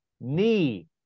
knee